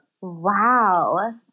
Wow